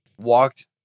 walked